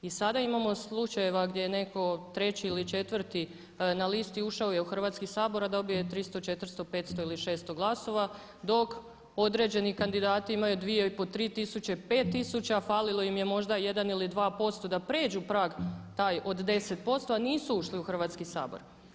I sada imamo slučajeva gdje je netko treći ili četvrti na listi ušao u Hrvatski sabor a dobio je 300, 400, 500 ili 600 glasova dok određeni kandidati imaju 2, i po 3 tisuće, 5 tisuća, falilo im je možda 1 ili 2% da pređu prag taj od 10% a nisu ušli u Hrvatski sabor.